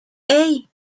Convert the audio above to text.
hey